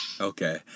Okay